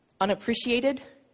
unappreciated